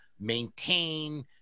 maintain